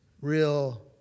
real